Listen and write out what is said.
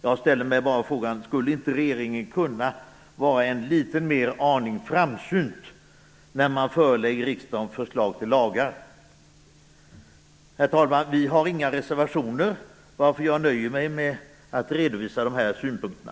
Jag ställer mig bara frågan: Skulle inte regeringen kunna vara en liten aning mer framsynt när man förelägger riksdagen förslag till lagar? Herr talman! Vi har inga reservationer, varför jag nöjer mig med att redovisa de här synpunkterna.